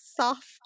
soft